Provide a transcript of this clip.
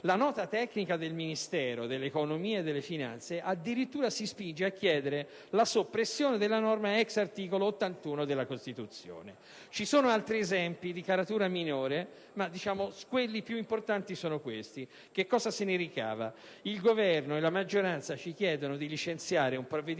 la nota tecnica del Ministero dell'economia e delle finanze addirittura si spinge a chiedere la soppressione della norma ex articolo 81 della Costituzione. Ci sono altri esempi di caratura minore, ma quelli più importanti sono questi. Se ne ricava che il Governo e la maggioranza ci chiedono di licenziare un provvedimento